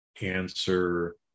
answer